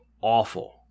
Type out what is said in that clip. awful